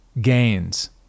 gains